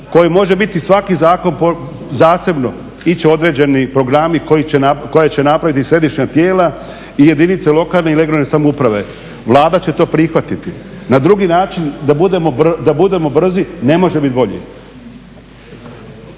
koji može biti svaki zakon zasebno, ići određeni programi koja će napraviti središnja tijela i jedinice lokalne i regionalne samouprave. Vlada će to prihvatiti. Na drugi način da budemo brzi ne može bit bolji.